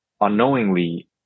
unknowingly